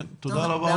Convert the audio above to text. תודה.